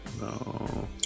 No